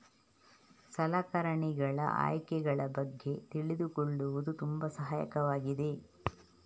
ಸಲಕರಣೆಗಳ ಆಯ್ಕೆಗಳ ಬಗ್ಗೆ ತಿಳಿದುಕೊಳ್ಳುವುದು ತುಂಬಾ ಸಹಾಯಕವಾಗಿದೆ